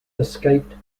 escaped